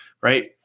Right